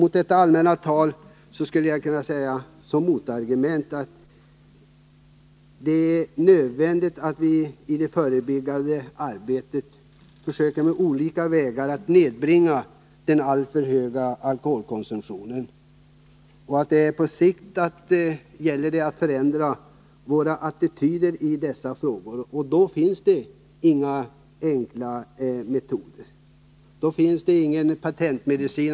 Mot detta allmänna tal skulle jag som motargument kunna anföra att det är nödvändigt att vi i det förebyggande arbetet försöker att på olika vägar nedbringa den alltför höga alkoholkonsumtionen, och på sikt gäller det för oss att förändra våra attityder till dessa frågor. Då finns det inga enkla metoder, då finns det ingen patentmedicin.